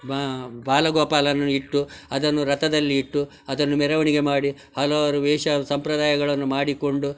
ಬಾ ಬಾಲಗೋಪಾಲನ್ನು ಇಟ್ಟು ಅದನ್ನು ರಥದಲ್ಲಿ ಇಟ್ಟು ಅದನ್ನು ಮೆರವಣಿಗೆ ಮಾಡಿ ಹಲವಾರು ವೇಷ ಸಂಪ್ರದಾಯಗಳನ್ನು ಮಾಡಿಕೊಂಡು